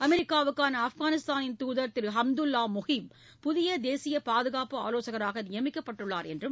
அமெரிக்காவுக்கான ஆப்கானிஸ்தான் தூதர் திரு ஹம்துல்வா மோஹித் புதிய தேசிய பாதுகாப்பு ஆலோசகராக நியமிக்கப்பட்டுள்ளார் என்றும் அவர் கூறினார்